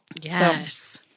Yes